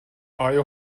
آیا